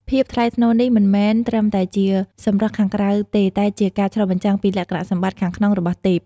ភាពថ្លៃថ្នូរនេះ មិនមែនគ្រាន់តែជាសម្រស់ខាងក្រៅទេ តែជាការឆ្លុះបញ្ចាំងពីលក្ខណៈសម្បត្តិខាងក្នុងរបស់ទេព។